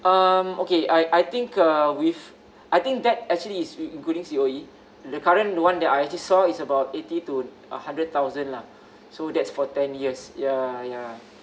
um okay I I think uh with I think that actually is in~ including C_O_E the current one that I just saw is about eighty to uh hundred thousand lah so that's for ten years ya ya